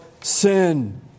sin